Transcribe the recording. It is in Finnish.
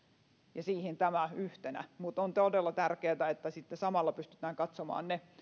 ja siihen tämä yhtenä mutta on todella tärkeätä että sitten samalla pystytään katsomaan ne